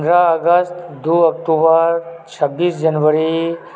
पन्द्रह अगस्त दू अक्टूबर छब्बीस जनवरी